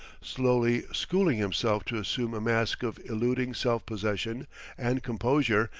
slowly schooling himself to assume a masque of illuding self-possession and composure,